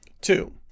Two